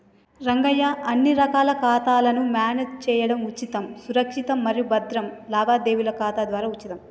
రంగయ్య అన్ని రకాల ఖాతాలను మేనేజ్ చేయడం ఉచితం సురక్షితం మరియు భద్రం లావాదేవీల ఖాతా ద్వారా ఉచితం